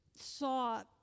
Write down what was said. saw